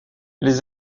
les